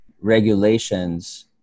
regulations